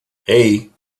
hey